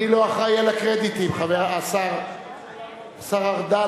השר ארדן,